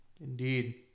Indeed